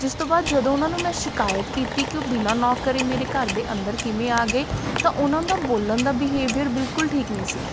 ਜਿਸ ਤੋਂ ਬਾਅਦ ਜਦੋਂ ਉਹਨਾਂ ਨੂੰ ਮੈਂ ਸ਼ਿਕਾਇਤ ਕੀਤੀ ਕਿ ਉਹ ਬਿਨਾਂ ਨੋਕ ਕਰੇ ਮੇਰੇ ਘਰ ਦੇ ਅੰਦਰ ਕਿਵੇਂ ਆ ਗਏ ਤਾਂ ਉਹਨਾਂ ਦਾ ਬੋਲਣ ਦਾ ਬਿਹੇਵੀਅਰ ਬਿਲਕੁਲ ਠੀਕ ਨਹੀਂ ਸੀ